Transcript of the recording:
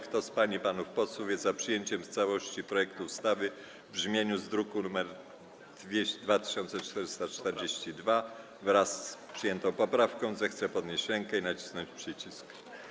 Kto z pań i panów posłów jest za przyjęciem w całości projektu ustawy w brzmieniu z druku nr 2442, wraz z przyjętą poprawką, zechce podnieść rękę i nacisnąć przycisk.